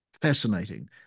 Fascinating